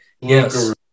yes